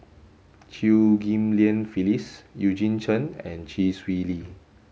Chew Ghim Lian Phyllis Eugene Chen and Chee Swee Lee